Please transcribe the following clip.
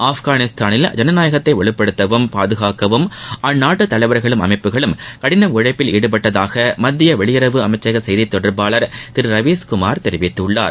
ஆப்கானிஸ்தானில் ஜனநாயகத்தை வலுப்படுத்தவும் பாதுகாக்கவும் அந்நாட்டு தலைவர்களும் அமைப்புகளும் கடின உழைப்பில் ஈடுபட்டதாக மத்திய வெளியுறவு அமைச்சக செய்தித் தொடர்பாளர் திரு ரவீஷ் குமார் தெரிவித்துள்ளார்